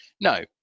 No